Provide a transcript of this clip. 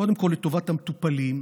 קודם כול לטובת המטופלים,